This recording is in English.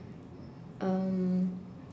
um